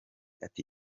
ati